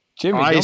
Jimmy